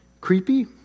creepy